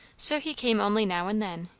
so he came only now and then,